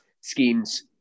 schemes